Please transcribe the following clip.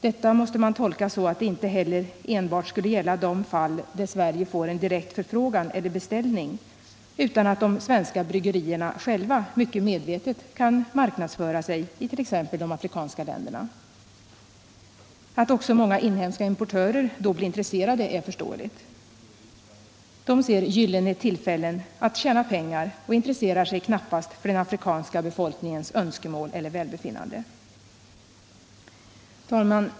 Detta måste man tolka så att det inte enbart gäller de fall där Sverige får en direkt förfrågan eller beställning utan att de svenska bryggerierna själva mycket medvetet kan marknadsföra sig it.ex. de afrikanska länderna. Att också många inhemska importörer då blir intresserade är förståeligt. De ser gyllene tillfällen att tjäna pengar och intresserar sig knappast för den afrikanska befolkningens önskemål eller välbefinnande.